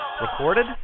recorded